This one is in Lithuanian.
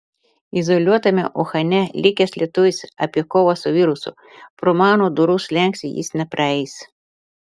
izoliuotame uhane likęs lietuvis apie kovą su virusu pro mano durų slenkstį jis nepraeis